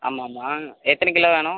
ஆமாம் ஆமாம் எத்தனை கிலோ வேணும்